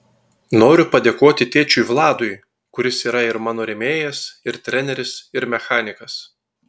noriu padėkoti tėčiui vladui kuris yra ir mano rėmėjas ir treneris ir mechanikas